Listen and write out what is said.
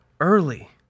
early